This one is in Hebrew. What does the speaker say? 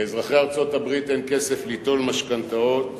לאזרחי ארצות-הברית אין כסף ליטול משכנתאות,